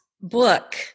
book